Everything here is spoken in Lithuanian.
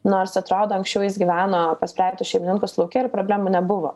nors atrodo anksčiau jis gyveno pas praeitus šeimininkus lauke ir problemų nebuvo